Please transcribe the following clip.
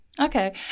Okay